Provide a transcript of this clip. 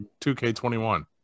2K21